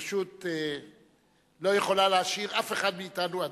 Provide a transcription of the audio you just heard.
פשוט לא יכולה להשאיר אף אחד מאתנו אדיש.